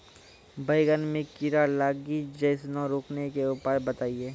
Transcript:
बैंगन मे कीड़ा लागि जैसे रोकने के उपाय बताइए?